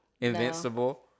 invincible